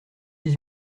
dix